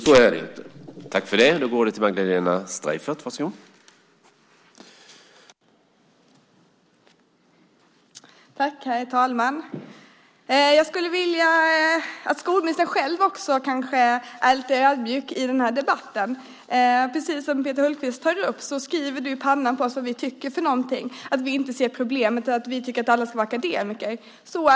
Så är det inte.